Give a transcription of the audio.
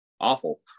awful